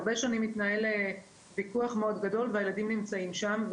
הרבה שנים מתנהל ויכוח מאוד גדול והילדים נמצאים שם,